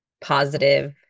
positive